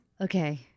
Okay